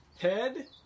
head